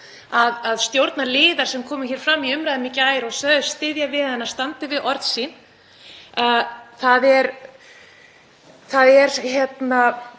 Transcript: að stjórnarliðar sem komu fram í umræðum í gær og sögðust styðja við hana standi við orð sín. Það er rík